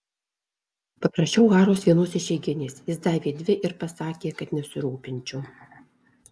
paprašiau haros vienos išeiginės jis davė dvi ir pasakė kad nesirūpinčiau